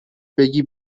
بگی